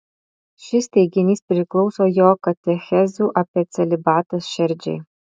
šis teiginys priklauso jo katechezių apie celibatą šerdžiai